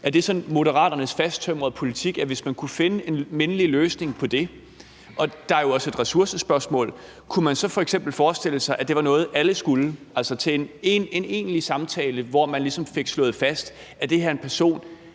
er Moderaternes fasttømrede politik, at man, hvis man kunne finde en mindelig løsning på det – og der er jo også et ressourcespørgsmål – kunne forestille sig, at det var noget, alle skulle, altså til en egentlig samtale, hvor man ligesom fik slået fast, om det her er en person,